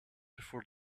before